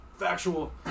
Factual